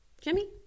Jimmy